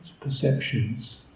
perceptions